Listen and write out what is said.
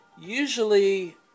usually